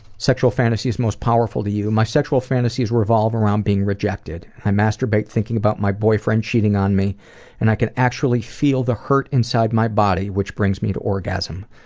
sexual fantasies most powerful to you? my sexual fantasies revolve around being rejected. i masturbate thinking about my boyfriend cheating on me and i can actually feel the hurt inside my body, which brings me to orgasm.